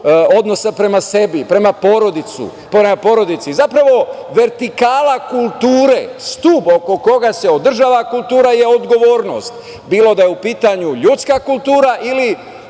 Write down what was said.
odnosa prema sebi, prema porodici. Zapravo, vertikala kulture, stub oko koga se održava kultura je odgovornost, bilo da je u pitanju ljudska kultura ili